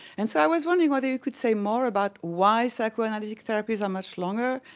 and so i was wondering whether you could say more about why psychoanalytic therapies are much longer,